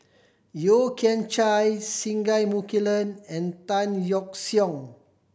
Yeo Kian Chai Singai Mukilan and Tan Yeok Seong